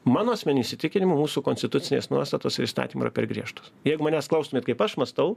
mano asmeniu įsitikinimu mūsų konstitucinės nuostatos ir įstatymai yra per griežtos jeigu manęs klaustumėt kaip aš mąstau